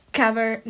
cover